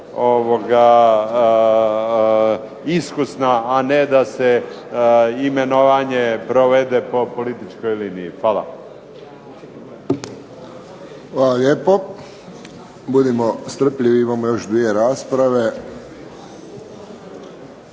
iskusna a ne da se imenovanje provede po političkoj liniji. Hvala. **Friščić, Josip (HSS)** Hvala lijepo. Budimo strpljivi, imamo još dvije rasprave.